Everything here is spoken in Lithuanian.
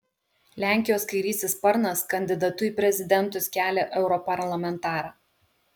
lenkijos kairysis sparnas kandidatu į prezidentus kelia europarlamentarą